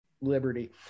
liberty